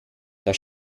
das